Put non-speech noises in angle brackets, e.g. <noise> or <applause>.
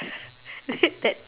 <laughs> that